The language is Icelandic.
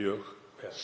mjög vel.